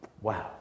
Wow